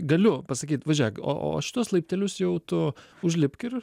galiu pasakyt va žėk o o šituos laiptelius jau tu užlipk ir